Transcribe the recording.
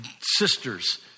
sisters